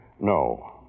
no